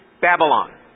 Babylon